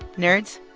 nerds?